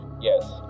yes